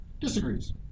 disagrees